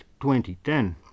2010